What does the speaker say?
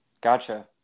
Gotcha